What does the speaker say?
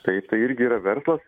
taip tai irgi yra verslas